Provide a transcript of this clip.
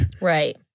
Right